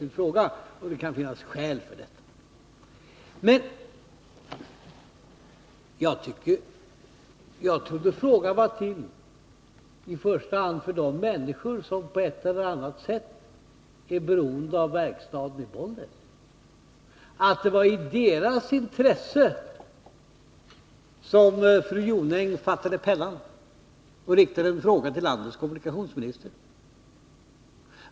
Nui trodde jag att den här frågan i första hand var ställd för de människors = Nr 58 skull som på ett eller annat sätt är beroende av SJ-verkstaden i Bollnäs. Jag trodde att det var av omsorg om dem och i deras intresse som fru Jonäng fattade pennan och vände sig till landets kommunikationsminister.